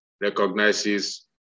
recognizes